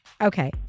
Okay